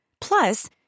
Plus